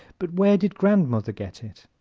but where did grandmother get it?